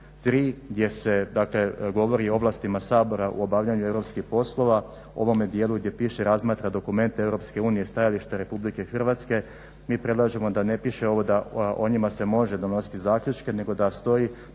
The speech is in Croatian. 3.gdje se govorio o ovlastima Sabora u obavljanju europskih poslova u ovome dijelu gdje piše razmatra dokumente EU stajalište RH mi predlažemo da ne piše ovo da o njima se može donositi zaključke nego da stoji